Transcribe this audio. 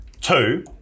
two